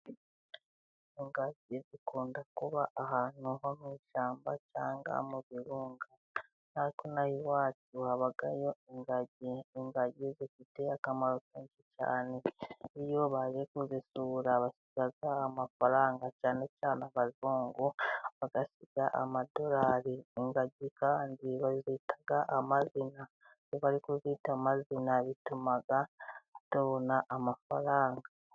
Ingagi zikunda kuba ahantu ho mu ishyamba, cyangwa mu birunga natwe ino iwacu habayo ingagi; ingagi zifite akamaro kenshi cyane iyo bari kuzisubura basiga amafaranga cyane cyane abazungu basiga amadolari, ingagi kandi bazita amazina iyo bari kuzita amazina bituma tubona amafaranga.